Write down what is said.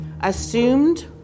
assumed